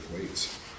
weights